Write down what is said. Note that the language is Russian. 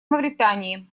мавритании